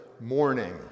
morning